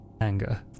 anger